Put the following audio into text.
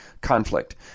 conflict